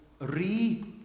re-